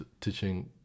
teaching